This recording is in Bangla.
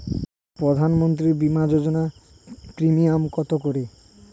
প্রধানমন্ত্রী বিমা যোজনা প্রিমিয়াম কত করে?